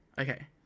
Okay